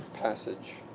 Passage